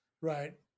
Right